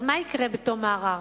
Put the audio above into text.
מה יקרה בתום הערר?